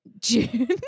June